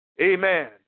Amen